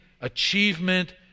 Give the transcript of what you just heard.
achievement